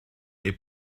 est